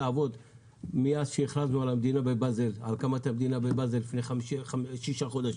לעבוד מאז שהכרזנו על הקמת המדינה בבאזל לפני שישה חודשים,